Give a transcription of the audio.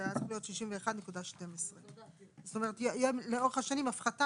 שהיה צריך להיות 61.12. יהיה לאורך השנים הפחתה